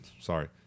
Sorry